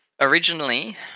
originally